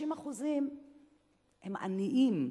ש-30% הם עניים.